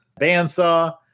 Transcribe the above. bandsaw